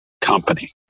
company